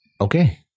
Okay